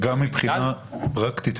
גם מבחינה פרקטית,